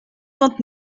vingt